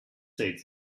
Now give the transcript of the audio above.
said